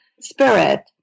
spirit